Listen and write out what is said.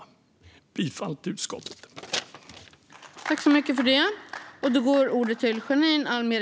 Jag yrkar bifall till utskottets förslag.